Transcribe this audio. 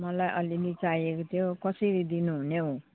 मलाई अलिअलि चाहिएको थियो कसरी दिनुहुने हौ